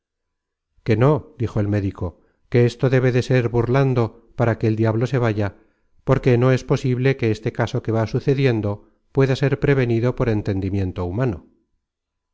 que no dijo el médico que esto debe de ser burlando para que el diablo se vaya porque no es posible que content from google book search generated at este caso que va sucediendo pueda ser prevenido por entendimiento humano